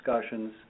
discussions